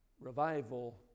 Revival